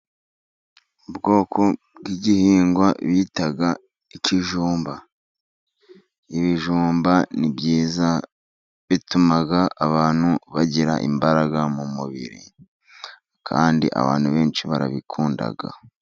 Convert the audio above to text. Ubwoko bw'igihingwa bita ikijumba, ibijumba ni byiza bituma abantu bagira imbaraga mu mubiri kandi abantu benshi barabikunda.